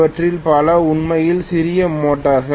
அவற்றில் பல உண்மையில் சிறிய மோட்டார்கள்